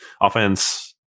Offense